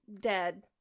dead